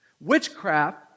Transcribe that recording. Witchcraft